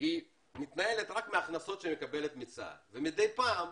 היא מתנהלת רק מהכנסות שהיא מקבלת מצה"ל ומדי פעם,